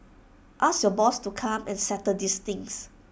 ask your boss to come and settle this things